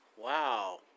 Wow